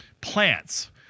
plants